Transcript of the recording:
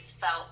felt